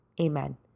Amen